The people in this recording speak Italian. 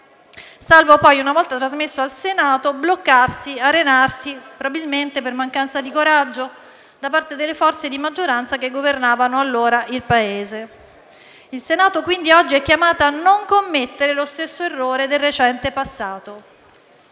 arenarvi, una volta trasmesso al Senato, probabilmente per mancanza di coraggio da parte delle forze di maggioranza che governavano allora il Paese. Il Senato, quindi, oggi è chiamato a non commettere lo stesso errore del recente passato;